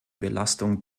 belastung